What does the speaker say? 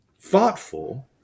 thoughtful